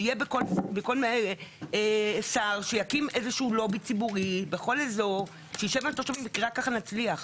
שיהיה שר שיקים איזה לובי ציבורי בכול אזור כי רק ככה נצליח.